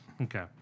Okay